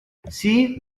see